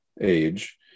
age